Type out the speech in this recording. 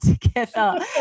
together